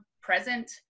present